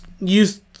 use